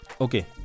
Okay